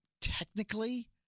Technically